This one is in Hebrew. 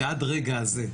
שעד הרגע הזה,